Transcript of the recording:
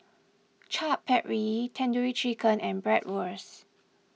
Chaat Papri Tandoori Chicken and Bratwurst